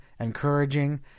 encouraging